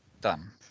done